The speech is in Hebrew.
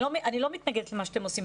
אני לא מתנגדת למה אתם עושים,